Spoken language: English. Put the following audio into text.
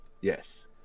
Yes